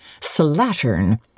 slattern